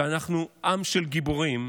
שאנחנו עם של גיבורים,